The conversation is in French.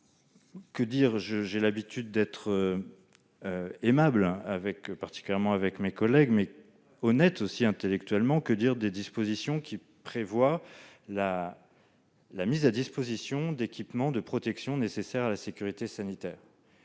27 mai. J'ai l'habitude d'être aimable, particulièrement avec mes collègues, mais aussi honnête intellectuellement. Que dire donc de l'article 2 , qui prévoit la mise à disposition des équipements de protection nécessaires à la sécurité sanitaire ?